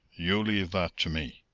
you leave that to me.